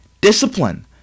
Discipline